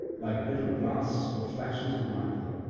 like bitter blasts or flashes of lightning,